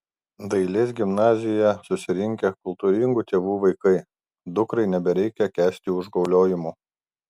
dailės gimnazijoje susirinkę kultūringų tėvų vaikai dukrai nebereikia kęsti užgauliojimų